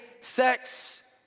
sex